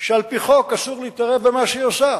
שעל-פי חוק אסור להתערב במה שהיא עושה,